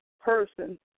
person